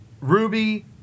Ruby